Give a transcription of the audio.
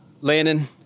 Landon